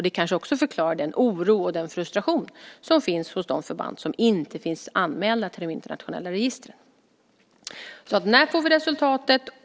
Det kanske också förklarar den oro och den frustration som finns hos de förband som inte finns anmälda till de internationella registren. När får vi resultatet?